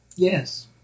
Yes